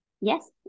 Yes